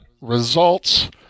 results